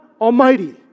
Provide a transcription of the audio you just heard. Almighty